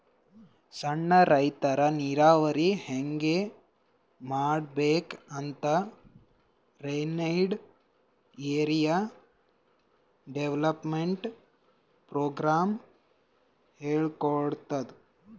ಸಣ್ಣ್ ರೈತರ್ ನೀರಾವರಿ ಹೆಂಗ್ ಮಾಡ್ಬೇಕ್ ಅಂತ್ ರೇನ್ಫೆಡ್ ಏರಿಯಾ ಡೆವಲಪ್ಮೆಂಟ್ ಪ್ರೋಗ್ರಾಮ್ ಹೇಳ್ಕೊಡ್ತಾದ್